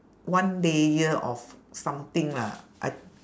one layer of something lah I